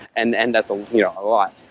and and that's a lot.